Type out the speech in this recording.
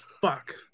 fuck